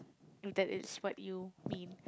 that is what you mean